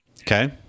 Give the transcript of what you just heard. Okay